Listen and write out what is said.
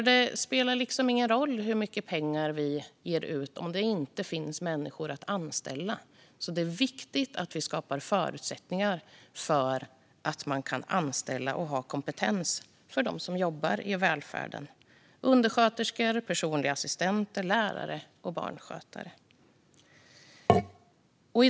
Det spelar liksom ingen roll hur mycket pengar vi delar ut om det inte finns människor att anställa, så det är viktigt att vi skapar förutsättningar för att kunna anställa och ha kompetens bland dem som jobbar i välfärden - undersköterskor, personliga assistenter, lärare och barnskötare.